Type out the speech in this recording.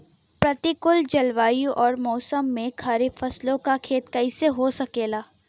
प्रतिकूल जलवायु अउर मौसम में खरीफ फसलों क खेती कइसे हो सकेला?